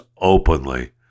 openly